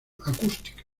acústica